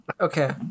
Okay